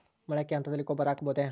ಮೊಳಕೆ ಹಂತದಲ್ಲಿ ಗೊಬ್ಬರ ಹಾಕಬಹುದೇ?